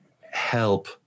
help